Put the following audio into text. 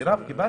מרב, קיבלת?